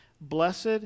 Blessed